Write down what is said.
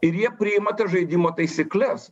ir jie priima tas žaidimo taisykles